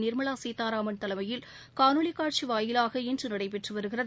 நிாமலா சீதாராமன் தலைமையில் காணொலி காட்சி வாயிலாக இன்று நடைபெற்று வருகிறது